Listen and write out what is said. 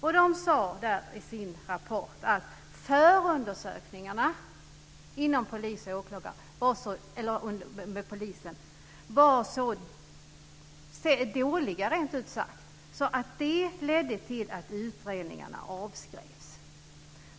Enligt rapporten var förundersökningarna inom polisen så dåliga att de fick till följd att utredningarna avskrevs.